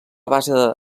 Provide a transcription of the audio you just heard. base